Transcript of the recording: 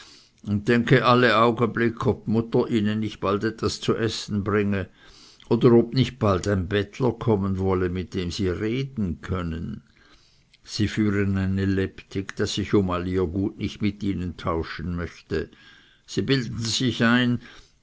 und denke all augeblick ob dmuetter ihnen nicht bald etwas zu essen bringe oder ob nicht bald ein bettler kommen wolle mit dem sie reden können sie führen ein lebtig daß ich um all ihr gut nicht mit ihnen tauschen möchte sie bilden sich ein